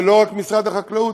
ולא רק ממשרד החקלאות,